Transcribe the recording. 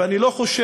ואני לא חושב